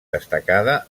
destacada